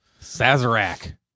Sazerac